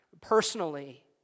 personally